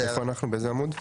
באיזה עמוד אנחנו?